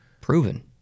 proven